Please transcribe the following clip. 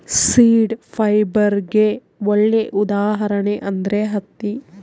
seed ಫೈಬರ್ಗೆ ಒಳ್ಳೆ ಉದಾಹರಣೆ ಅಂದ್ರೆ ಹತ್ತಿ